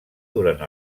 durant